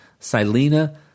Silena